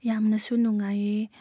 ꯌꯥꯝꯅꯁꯨ ꯅꯨꯡꯉꯥꯏꯌꯦ